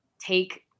take